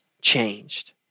changed